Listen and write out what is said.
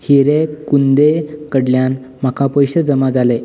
हिरे कुंदे कडल्यान म्हाका पयशे जमा जाले